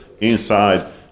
inside